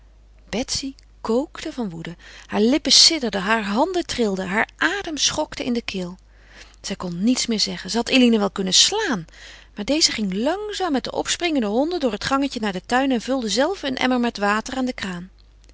betsy kookte van woede haar lippen sidderden haar handen trilden haar adem schokte in de keel ze kon niets meer zeggen zij had eline wel kunnen slaan maar deze ging langzaam met de opspringende honden door het gangetje naar den tuin en vulde zelve een emmer met water aan de kraan